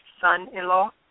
son-in-law